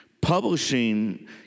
publishing